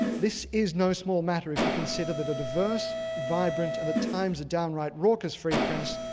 this is no small matter, if you consider the the diverse vibrant and at times, a downright raucous free press,